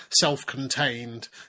self-contained